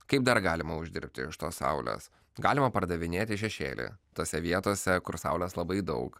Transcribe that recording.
kaip dar galima uždirbti iš tos saulės galima pardavinėti šešėlį tose vietose kur saulės labai daug